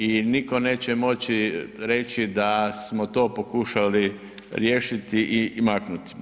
I nitko neće moći reći da smo to pokušali riješiti i maknuti.